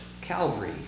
Calvary